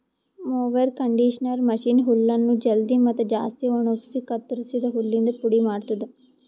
mower conditioner machine ಹುಲ್ಲನ್ನು ಜಲ್ದಿ ಮತ್ತ ಜಾಸ್ತಿ ಒಣಗುಸಿ ಕತ್ತುರಸಿದ ಹುಲ್ಲಿಂದ ಪುಡಿ ಮಾಡ್ತುದ